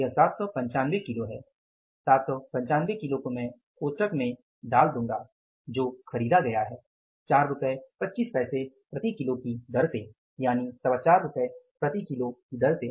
यह 795 किलो है 795 किलो को मैं कोष्ठक में डाल दूंगा जो ख़रीदा गया है 425 रुपये प्रति किलो की दर से